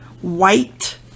white